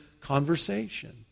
conversation